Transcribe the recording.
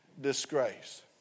disgrace